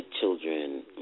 children